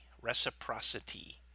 reciprocity